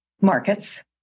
markets